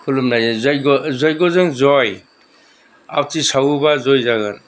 खुलुमनाय जयग' जयग'जों जय आवथि सावोबा जय जागोन